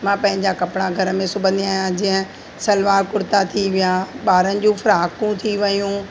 मां पंहिंजा कपिड़ा घर में सिबंदी आहियां जीअं सलवार कुर्ता थी विया ॿारनि जूं फ्राकूं थी वियूं